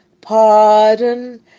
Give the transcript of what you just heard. pardon